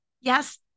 yes